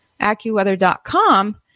accuweather.com